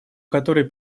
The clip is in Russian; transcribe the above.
которой